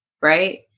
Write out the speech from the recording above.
Right